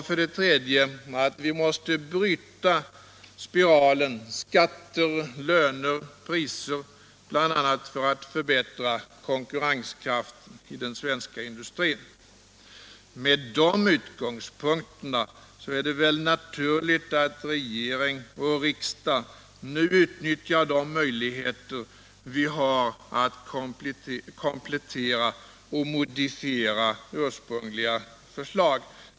För det tredje måste vi bryta spiralen skatter-löner-priser, bl.a. för att förbättra konkurrenskraften i den svenska industrin. Med dessa utgångspunkter är det väl naturligt att regering och riksdag nu utnyttjar de möjligheter vi har att komplettera och modifiera ursprungliga förslag.